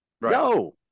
No